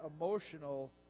emotional